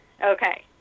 Okay